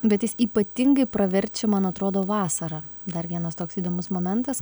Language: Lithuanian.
bet jis ypatingai praverčia man atrodo vasarą dar vienas toks įdomus momentas